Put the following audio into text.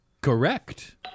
Correct